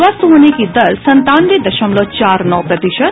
स्वस्थ होने की दर संतानवे दशमलव चार नौ प्रतिशत